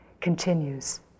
continues